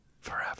Forever